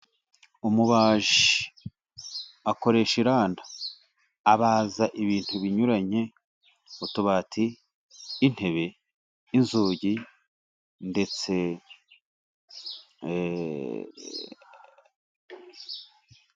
Umubaji akoresha iranda abaza ibintu binyuranye utubati, intebe n'inzugi.